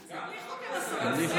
בלי חוק הם עשו את זה.